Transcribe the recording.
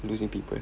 losing people